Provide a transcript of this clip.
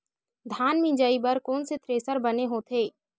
धान मिंजई बर कोन से थ्रेसर बने होथे?